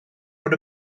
bod